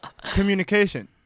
communication